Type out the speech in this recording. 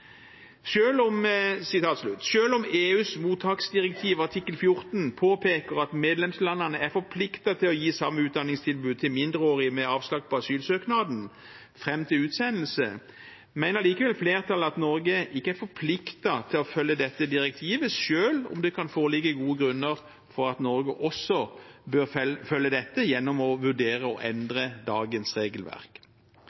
om EUs mottaksdirektivs artikkel 14 påpeker at medlemslandene er forpliktet til å gi samme utdanningstilbud til mindreårige med avslag på asylsøknaden fram til utsendelse, mener likevel flertallet at Norge ikke er forpliktet til å følge dette direktivet, selv om det kan foreligge gode grunner for at Norge også bør følge dette, gjennom å vurdere å